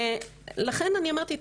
ולכן אני אמרתי,